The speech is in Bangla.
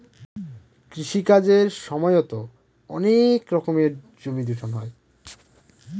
কৃষি কাজের সময়তো অনেক রকমের জমি দূষণ হয়